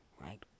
right